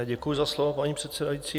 Děkuji za slovo, paní předsedající.